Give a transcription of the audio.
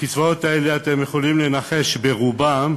הקצבאות האלה, אתם יכולים לנחש, ברובן,